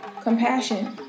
compassion